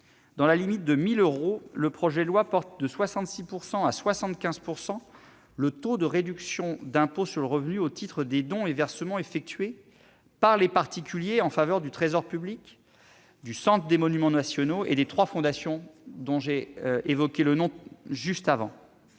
Dans la limite de 1 000 euros, le projet de loi porte de 66 % à 75 % le taux de réduction d'impôt sur le revenu au titre des dons et versements effectués par les particuliers en faveur du Trésor public, du Centre des monuments nationaux et des trois fondations que j'ai mentionnées.